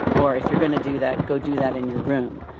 or, if you're going to do that, go do that in your room,